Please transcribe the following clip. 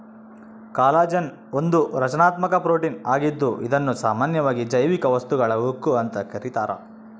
collagen ಒಂದು ರಚನಾತ್ಮಕ protein ಆಗಿದ್ದು ಇದುನ್ನ ಸಾಮಾನ್ಯವಾಗಿ ಜೈವಿಕ ವಸ್ತುಗಳ ಉಕ್ಕು ಅಂತ ಕರೀತಾರ